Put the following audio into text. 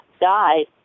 died